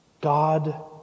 God